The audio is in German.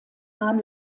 nahm